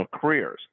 careers